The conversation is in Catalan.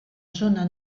zona